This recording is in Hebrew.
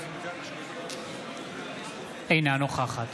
אינה נוכחת